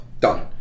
Done